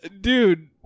dude